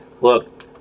look